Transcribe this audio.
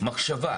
הוא מטופל.